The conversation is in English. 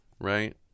right